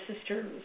sisters